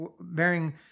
bearing